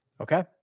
Okay